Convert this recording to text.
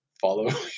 follow